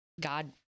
God